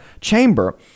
chamber